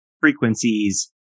frequencies